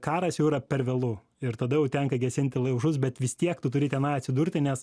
karas jau yra per vėlu ir tada jau tenka gesinti laužus bet vis tiek tu turi tenai atsidurti nes